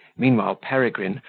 meanwhile peregrine,